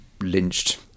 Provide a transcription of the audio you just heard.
lynched